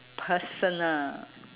personal